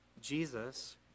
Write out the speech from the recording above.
Jesus